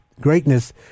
greatness